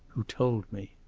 who told me.